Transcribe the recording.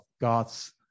God's